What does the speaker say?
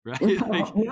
Right